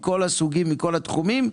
מכל הסוגים ומכל התחומים.